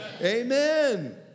Amen